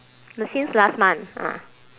no since last month ah